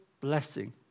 blessing